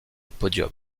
podium